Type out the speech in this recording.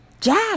Jack